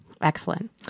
Excellent